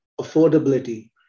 affordability